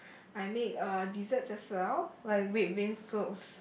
I make uh desserts as well like red bean soups